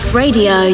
radio